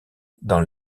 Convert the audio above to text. dans